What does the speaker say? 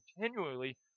continually